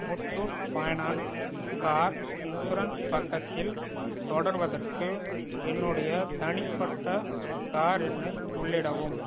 Muthoot finance car insurance பக்கத்தில் தொடர்வதற்கு என்னுடைய தனிப்பட்ட கார் எண்ணை உள்ளிடவும்